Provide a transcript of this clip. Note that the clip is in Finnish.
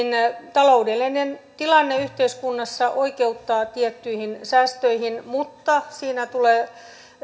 taloudellinen tilanne yhteiskunnassa oikeuttaa tiettyihin säästöihin mutta siinä tulee